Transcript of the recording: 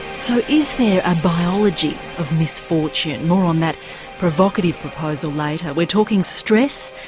so is there a biology of misfortune? more on that provocative proposal later. we're talking stress,